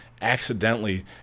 accidentally